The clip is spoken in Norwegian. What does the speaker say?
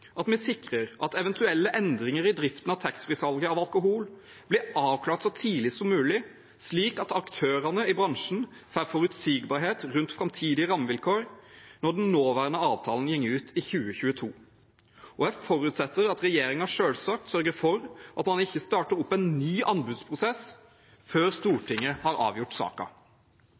at vi sikrer at eventuelle endringer i driften av taxfree-salget av alkohol blir avklart så tidlig som mulig, slik at aktørene i bransjen får forutsigbarhet rundt framtidige rammevilkår når den nåværende avtalen går ut i 2022. Jeg forutsetter at regjeringen selvsagt sørger for at en ikke starter en ny anbudsprosess før Stortinget har avgjort